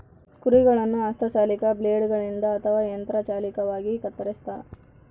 ಕುರಿಗಳನ್ನು ಹಸ್ತ ಚಾಲಿತ ಬ್ಲೇಡ್ ಗಳಿಂದ ಅಥವಾ ಯಂತ್ರ ಚಾಲಿತವಾಗಿ ಕತ್ತರಿಸ್ತಾರ